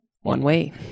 One-way